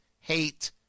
hate